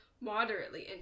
moderately